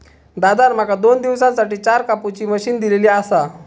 दादान माका दोन दिवसांसाठी चार कापुची मशीन दिलली आसा